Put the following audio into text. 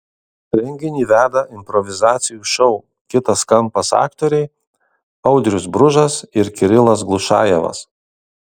renginį veda improvizacijų šou kitas kampas aktoriai audrius bružas ir kirilas glušajevas